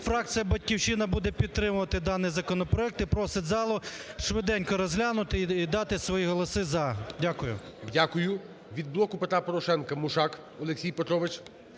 фракція "Батьківщина" буде підтримувати даний законопроект і просить залу швиденько розглянути і дати свої голоси "за". Дякую. ГОЛОВУЮЧИЙ. Дякую. Від "Блоку Петра Порошенка" Мушак Олексій Петрович.